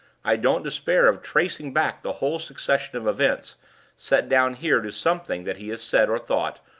i don't despair of tracing back the whole succession of events set down here to something that he has said or thought,